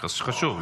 חשוב.